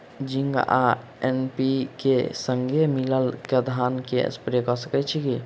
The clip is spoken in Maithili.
जिंक आ एन.पी.के, संगे मिलल कऽ धान मे स्प्रे कऽ सकैत छी की?